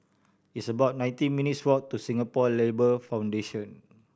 it's about nineteen minutes' walk to Singapore Labour Foundation